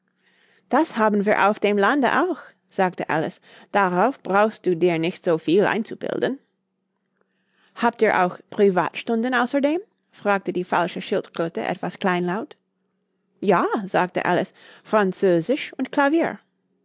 das haben wir auf dem lande auch sagte alice darauf brauchst du dir nicht so viel einzubilden habt ihr auch privatstunden außerdem fragte die falsche schildkröte etwas kleinlaut ja sagte alice französisch und klavier